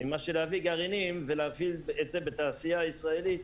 מאשר להביא גרעינים ולייצר תעשייה ישראלית.